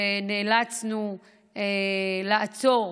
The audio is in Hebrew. ונאלצנו לעצור